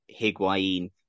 Higuain